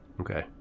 Okay